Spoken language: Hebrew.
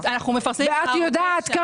ואת יודעת,